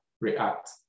react